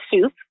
soup